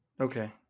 Okay